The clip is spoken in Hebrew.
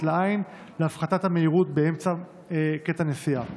לעין להפחתת המהירות באמצע מקטע נסיעה.